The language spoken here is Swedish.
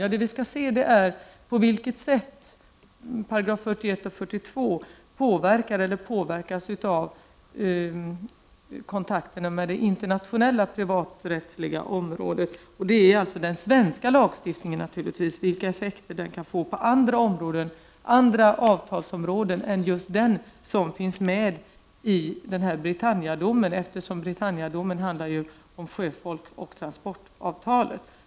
Ja, vad vi skall se är på vilket sätt 41 och 42 §§ medbestämmandelagen påverkar eller påverkas av kontakterna med det internationella privaträttsliga området — vilka effekter den svenska lagstiftningen kan få på andra avtalsområden än just det som finns med i Britanniadomen, eftersom den domen handlar om sjöfolk och transportavtalet.